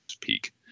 peak